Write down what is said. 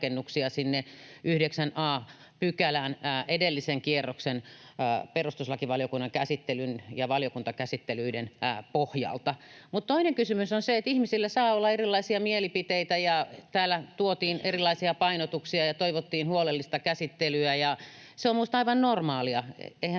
sinne 9 a §:ään edellisen kierroksen perustuslakivaliokunnan käsittelyn ja valiokuntakäsittelyiden pohjalta. Toinen kysymys on se, että ihmisillä saa olla erilaisia mielipiteitä, ja täällä tuotiin erilaisia painotuksia ja toivottiin huolellista käsittelyä, ja se on minusta aivan normaalia.